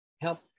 help